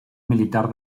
militar